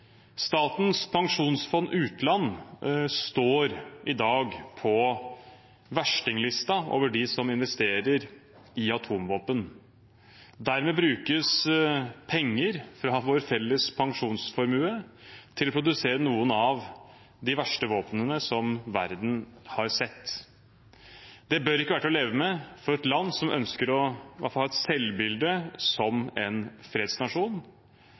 Statens pensjonsfond utland står i dag på verstinglisten over dem som investerer i atomvåpen. Dermed brukes penger fra vår felles pensjonsformue til å produsere noen av de verste våpnene som verden har sett. Det bør ikke være til å leve med for et land som ønsker å ha et selvbilde som en fredsnasjon.